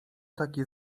taki